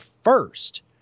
first